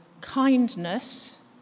kindness